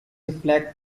reflect